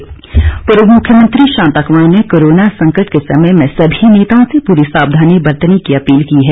शांता कुमार पूर्व मुख्यमंत्री शांता कुमार ने कोरोना संकट के समय में सभी नेताओं से पूरी सावधानी बरतने की अपील की है